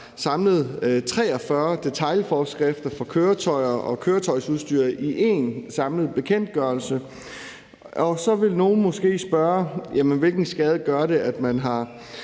samlet 43 detailforskrifter for køretøjer og køretøjsudstyr i én samlet bekendtgørelse. Så vil nogle måske spørge: Hvilken skade gør det, at man på